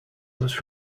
was